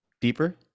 Deeper